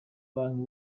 banki